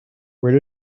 where